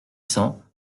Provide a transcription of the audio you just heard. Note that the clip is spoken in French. cents